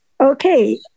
Okay